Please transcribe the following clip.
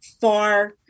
far